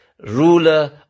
Ruler